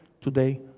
today